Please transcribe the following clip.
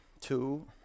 two